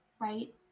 right